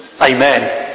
Amen